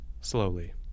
slowly